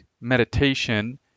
meditation